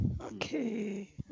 Okay